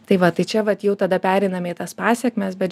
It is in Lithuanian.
tai va tai čia vat jau tada pereinam į tas pasekmes bet